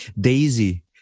Daisy